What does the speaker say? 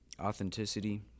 authenticity